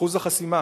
אחוז החסימה